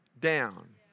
down